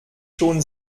schon